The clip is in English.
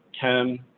Ken